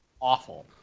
awful